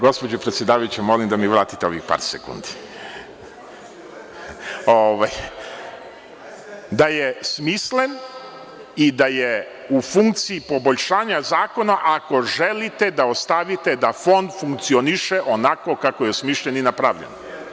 Gospođo predsedavajuća, molim da mi vratite ovih par sekundi. … da je smislen i da je u funkciji poboljšanja zakona, ako želite da ostavite da Fond funkcioniše onako kako je osmišljen i napravljen.